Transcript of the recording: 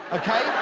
okay.